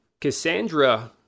Cassandra